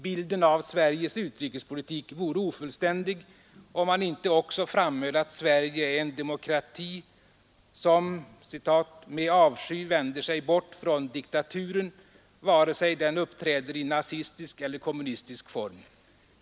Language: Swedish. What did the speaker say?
Bilden av Sveriges utrikespolitik vore ofullständig, om man inte också framhöll att Sverige är en demokrati som ”med avsky vänder sig bort från diktaturen, vare sig den uppträder i nazistisk eller kommunistisk form.